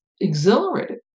exhilarated